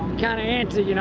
kind of antsy. you know